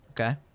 Okay